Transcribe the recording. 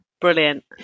brilliant